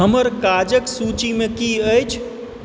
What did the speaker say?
हमर काजक सूचीमे की अछि